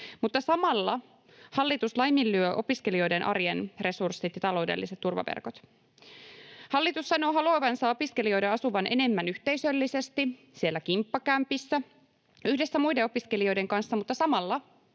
mutta samalla hallitus laiminlyö opiskelijoiden arjen resurssit ja taloudelliset turvaverkot. Hallitus sanoo haluavansa opiskelijoiden asuvan enemmän yhteisöllisesti, siellä kimppakämpissä yhdessä muiden opiskelijoiden kanssa, mutta samalla